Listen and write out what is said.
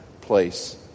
place